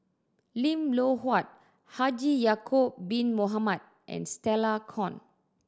Lim Loh Huat Haji Ya'acob Bin Mohamed and Stella Kon